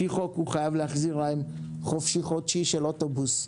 לפי חוק הוא חייב להחזיר להם חופשי חודשי של אוטובוס,